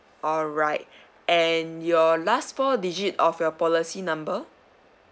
alright and your last four digit of your policy number